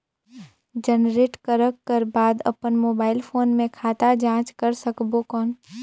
Generate करक कर बाद अपन मोबाइल फोन मे खाता जांच कर सकबो कौन?